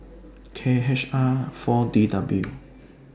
K H R four D W